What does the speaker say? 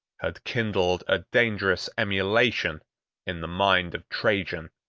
had kindled a dangerous emulation in the mind of trajan.